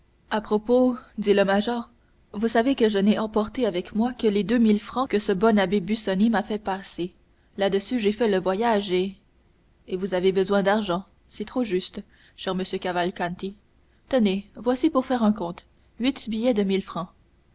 à propos dit le major vous savez que je n'ai emporté avec moi que les deux mille francs que ce bon abbé busoni m'avait fait passer là-dessus j'ai fait le voyage et et vous avez besoin d'argent c'est trop juste cher monsieur cavalcanti tenez voici pour faire un compte huit billets de mille francs